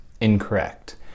incorrect